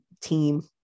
team